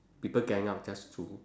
people gang up just to